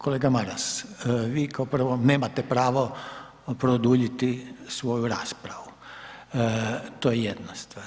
Kolega Maras, vi kao prvo nemate pravo produljiti svoju raspravu, to je jedna stvar.